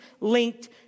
linked